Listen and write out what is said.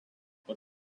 but